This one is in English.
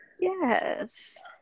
Yes